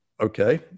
Okay